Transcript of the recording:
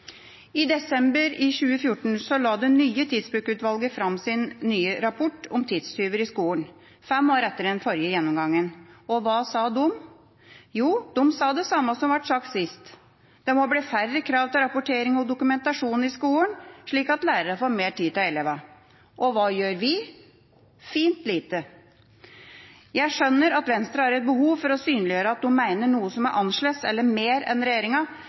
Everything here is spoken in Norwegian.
I desember 2014 la det «nye» tidsbrukutvalget fram sin nye rapport om tidstyver i skolen, fem år etter den forrige gjennomgangen. Og hva sa de? De sa det samme som ble sagt sist: Det må bli færre krav til rapportering og dokumentasjon i skolen, slik at lærerne får mer tid til elevene. Og hva gjør vi? Fint lite! Jeg skjønner at Venstre har et behov for å synliggjøre at de mener noe som er annerledes eller mer enn regjeringa,